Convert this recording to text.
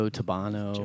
Tabano